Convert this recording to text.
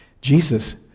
Jesus